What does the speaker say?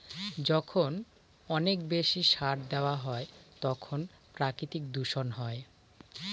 যখন অনেক বেশি সার দেওয়া হয় তখন প্রাকৃতিক দূষণ হয়